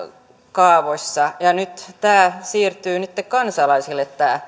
kaavoissa ja nyt tämä valvontavastuu siirtyy kansalaisille mikä minun mielestäni